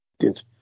Good